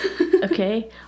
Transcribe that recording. okay